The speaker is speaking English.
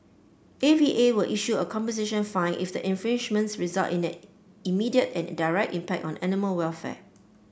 A V A will issue a composition fine if the infringements result in an immediate and direct impact on animal welfare